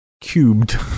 Cubed